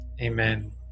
Amen